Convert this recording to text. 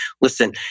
Listen